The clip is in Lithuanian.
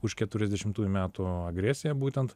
už keturiasdešimtųjų metų agresiją būtent